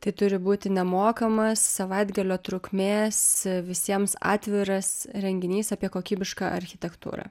tai turi būti nemokamas savaitgalio trukmės visiems atviras renginys apie kokybišką architektūrą